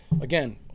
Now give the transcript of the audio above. again